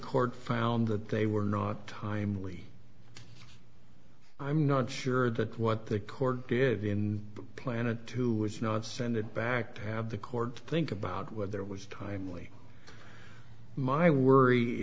court found that they were not timely i'm not sure that what the court did in planet two was not to send it back to have the court think about what there was timely my worry